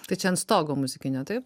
tai čia ant stogo muzikinio taip